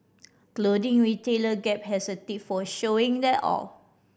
clothing retailer Gap has a tip for showing that off